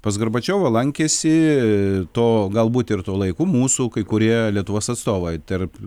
pas gorbačiovą lankėsi to galbūt ir tuo laiku mūsų kai kurie lietuvos atstovai tarp